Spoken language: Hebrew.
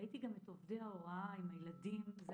ראיתי גם את עובדי ההוראה עם הילדים זה